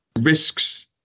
Risks